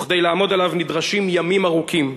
וכדי לעמוד עליו נדרשים ימים ארוכים: